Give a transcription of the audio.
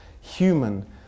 human